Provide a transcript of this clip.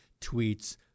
tweets